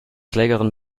klägerin